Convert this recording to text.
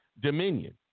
dominion